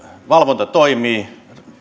valvonta toimii